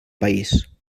país